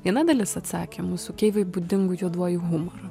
viena dalis atsakymų su keivui būdingu juoduoju humoru